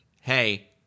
hey